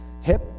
hip